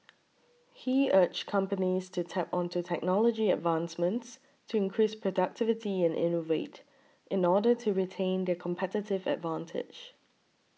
he urged companies to tap onto technology advancements to increase productivity and innovate in order to retain their competitive advantage